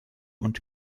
und